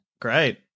Great